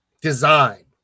design